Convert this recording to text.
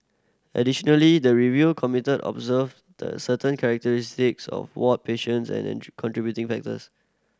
additionally the review committee observed the certain characteristics of ward patients and contributing factors